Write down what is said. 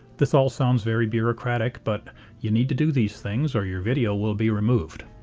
this all sounds very bureaucratic but you need to do these things or your video will be removed.